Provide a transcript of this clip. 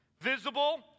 visible